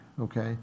okay